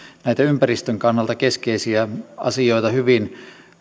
näitä ympäristön kannalta keskeisiä asioita hyvin